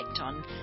on